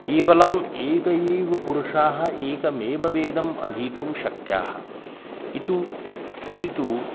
केवलम् एकः एव पुरुषः एकमेव वेदम् अधीतुं शक्यः इति इति तु